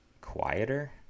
quieter